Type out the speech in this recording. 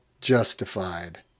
justified